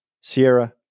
Sierra